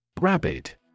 Rabbit